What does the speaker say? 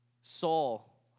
Saul